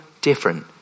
different